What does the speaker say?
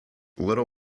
little